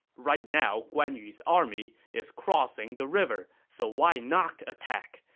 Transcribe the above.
right now guan yu's army is crossing the river, so why not attack?